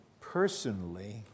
personally